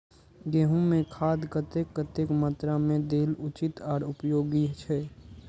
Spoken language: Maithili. गेंहू में खाद कतेक कतेक मात्रा में देल उचित आर उपयोगी छै?